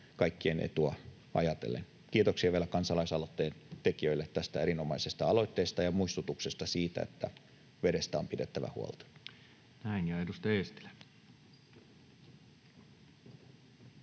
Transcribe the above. kaikkien etua ajatellen. Kiitoksia vielä kansalaisaloitteen tekijöille tästä erinomaisesta aloitteesta ja muistutuksesta siitä, että vedestä on pidettävä huolta.